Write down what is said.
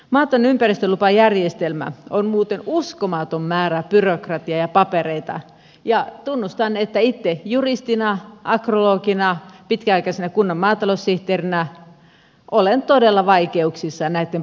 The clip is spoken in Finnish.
maatalouden ympäristölupajärjestelmä on muuten uskomaton määrä byrokratiaa ja papereita ja tunnustan että itse juristina agrologina pitkäaikaisena kunnan maataloussihteerinä olen todella vaikeuksissa näitten paperiasioitten kanssa